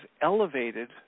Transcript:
elevated